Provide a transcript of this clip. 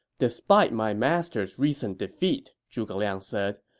despite my master's recent defeat, zhuge liang said,